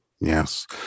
Yes